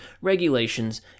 regulations